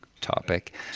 topic